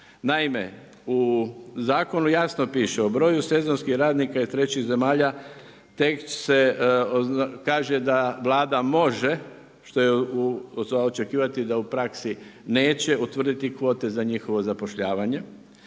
Naime, u zakonu jasno piše, o broju sezonskih radnika iz trećih zemalja, tek se kaže da Vlada može, što je za očekivati da u praksi neće utvrditi kvote za njihovo zapošljavanje,